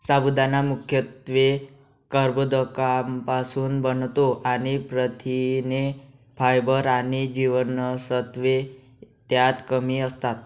साबुदाणा मुख्यत्वे कर्बोदकांपासुन बनतो आणि प्रथिने, फायबर आणि जीवनसत्त्वे त्यात कमी असतात